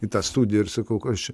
į tą studiją ir sakau kas čia